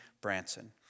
Branson